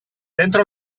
dentro